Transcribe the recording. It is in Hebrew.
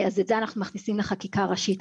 אז את זה אנחנו מכניסים לחקיקה ראשית.